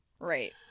Right